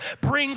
brings